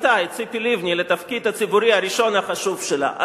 את ציפי לבני לתפקיד הציבורי הראשון החשוב שלה.